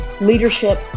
leadership